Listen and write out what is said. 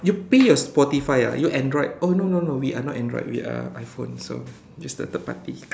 you pay your Spotify ah you Android oh no no no we are not Android we are iPhone so just the third party